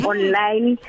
Online